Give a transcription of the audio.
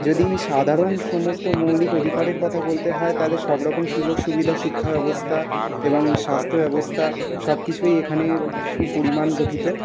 যদি সাধারণ সমস্ত মৌলিক অধিকারের কথা বলতে হয় তাহলে সব রকম সুযোগ সুবিধা শিক্ষা ব্যবস্থা এবং স্বাস্থ্য ব্যবস্থা সব কিছুই এখানে সুপরিমাণ গঠিত